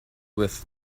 with